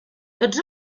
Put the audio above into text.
tots